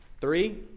Three